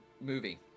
movie